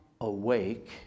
awake